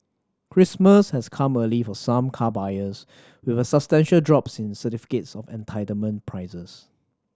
Christmas has come early for some car buyers with a substantial drops in certificates of entitlement prices